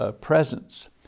presence